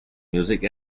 music